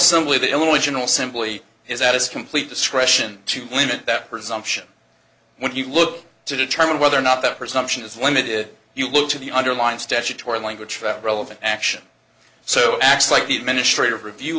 simply the only general simply is that is complete discretion to limit that presumption when you look to determine whether or not that presumption is limited you look to the underlying statutory language relevant action so acts like the administrative review